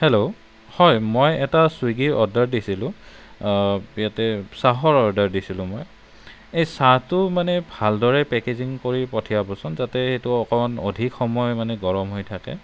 hello হয় মই এটা ছুইগিৰ অৰ্ডাৰ দিছিলোঁ ইয়াতে চাহৰ অৰ্ডাৰ দিছিলোঁ মই এই চাহটো মানে ভালদৰে পেকেজিং কৰি পঠিয়াবচোন যাতে সেইটো অকণমান অধিক সময় মানে গৰম হৈ থাকে